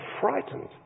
frightened